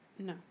No